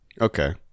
okay